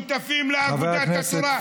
שותפים לה דגל התורה,